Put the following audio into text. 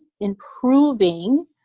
improving